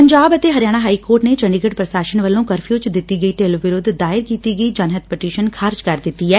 ਪੰਜਾਬ ਅਤੇ Haryana high court ਨੇ ਚੰਡੀਗੜ੍ ਪ੍ਰਸ਼ਾਸਨ ਵਲੋਂ ਕਰਫਿਉ 'ਚ ਦਿੱਤੀ ਗਈ ਢਿੱਲ ਵਿਰੁੱਧ ਦਾਇਰ ਕੀਤੀ ਗਈ ਜਨ ਹਿੱਤ ਪਟੀਸ਼ਨ ਖਾਜਿਰ ਕਰ ਦਿੱਤੀ ਏ